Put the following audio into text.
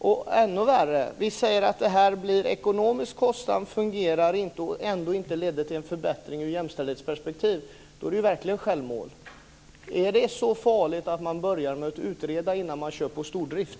Och ännu värre: Säg att det här blir ekonomiskt kostsamt och att det inte fungerar och heller inte leder till en förbättring i ett jämställdhetsperspektiv. Då är det ju verkligen självmål. Är det så farligt att börja med att utreda innan man kör med stordrift?